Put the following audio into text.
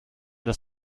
dass